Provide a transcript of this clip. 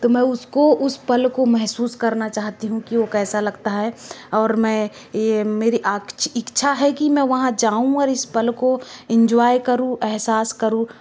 तो मैं उसको उस पल को महसूस करना चाहती हूँ कि वो कैसा लगता है और मैं ये मेरी इच्छा है कि मैं वहाँ जाऊँ और इस पल को इन्ज्वॉय करूँ अहसास करूँ